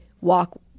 walk